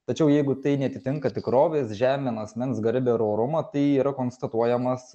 tačiau jeigu tai neatitinka tikrovės žemina asmens garbę ir orumą tai yra konstatuojamas